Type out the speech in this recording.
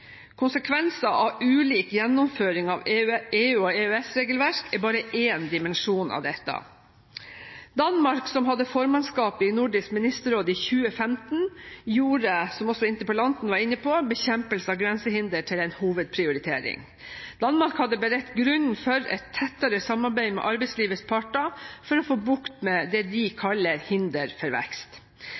Konsekvenser av ulik gjennomføring av EU/EØS-regelverk er bare én dimensjon av dette. Danmark, som hadde formannskapet i Nordisk ministerråd i 2015, gjorde, som også interpellanten var inne på, bekjempelse av grensehindre til en hovedprioritering. Danmark har beredt grunnen for et tettere samarbeid mellom arbeidslivets parter for å få bukt med det de kaller «hindre for vekst».